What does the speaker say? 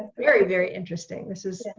very very interesting.